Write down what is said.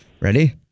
Ready